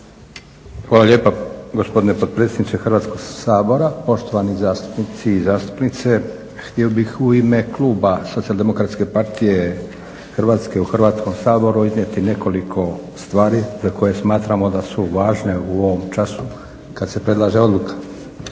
Hvala lijepa gospodine potpredsjedniče Hrvatskoga sabora, poštovani zastupnici i zastupnice. Htio bih u ime kluba Socijaldemokratske partije Hrvatske u Hrvatskom saboru iznijeti nekoliko stvari za koje smatramo da su važne u ovom času kada se predlaže odluka